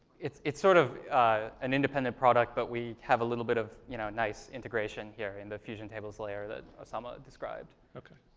it's it's sort of an independent product, but we have a little bit of, you know, nice integration here in the fusion tables layer that ossama described. man okay.